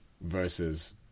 versus